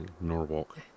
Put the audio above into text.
Norwalk